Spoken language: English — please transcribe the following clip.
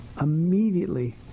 immediately